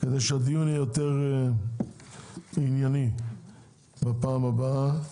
כדי שהדיון יהיה יורת ענייני בפעם הבאה.